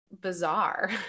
bizarre